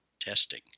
testing